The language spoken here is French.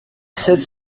sept